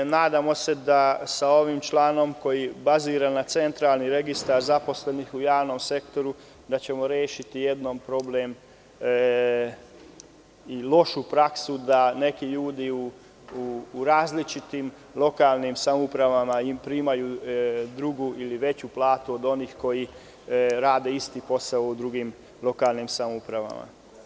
Nadamo se da ćemo sa ovim članom koji je baziran na Centralnom registru zaposlenih u javnom sektoru rešiti problem i lošu praksu da neki ljudi u različitim lokalnim samoupravama primaju drugu ili veću platu od onih koji rade isti posao u drugim lokalnim samoupravama.